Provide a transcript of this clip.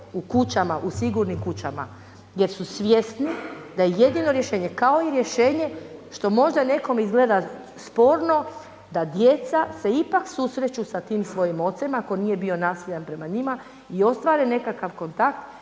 rade u sigurnim kućama jer su svjesni da je jedino rješenje, kao i rješenje što možda nekom izgleda sporno da djeca se ipak susreću sa tim svojim ocem ako nije bio nasilan prema njima i ostvare nekakav kontakt